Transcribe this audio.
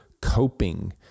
coping